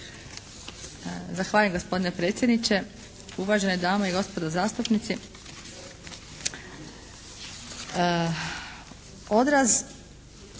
Zahvaljujem gospodine predsjedniče, uvažene dame i gospodo zastupnici.